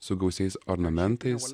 su gausiais ornamentais